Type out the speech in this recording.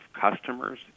customers